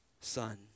son